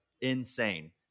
insane